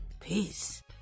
Peace